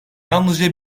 yalnızca